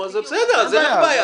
בסדר, אז אין בעיה.